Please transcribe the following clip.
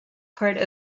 part